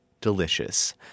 Delicious